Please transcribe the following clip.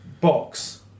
box